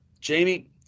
Jamie